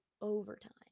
overtime